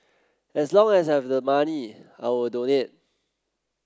as long as I have the money I will donate